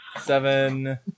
seven